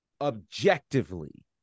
objectively